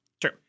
True